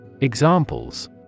Examples